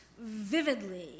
vividly